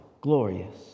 glorious